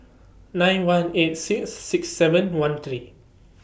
nine one eight six six seven one three